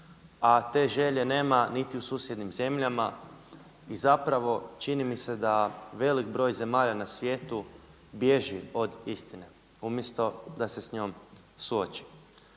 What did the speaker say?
a te želje nema niti u susjednim zemljama i zapravo čini mi se da velik broj zemalja na svijetu bježi od istine umjesto da se s njom suoči.